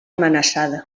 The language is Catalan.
amenaçada